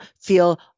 feel